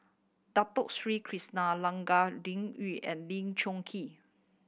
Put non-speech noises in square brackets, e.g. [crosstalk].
Dato Sri Krishna [unintelligible] Liuyun and Lee Choon Kee